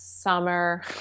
Summer